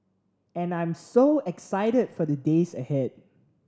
and I'm so excited for the days ahead